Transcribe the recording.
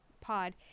pod